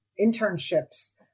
internships